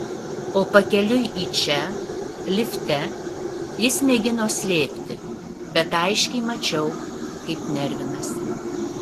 o pakeliui į čia lifte jis mėgino slėpti bet aiškiai mačiau kaip nervinasi